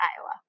Iowa